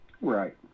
Right